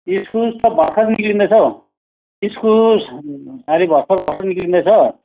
इस्कुस त भर्खर निक्लिन्दैछ हौ इस्कुस अहिले भर्खर भर्खर निक्लिन्दैछ